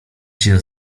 się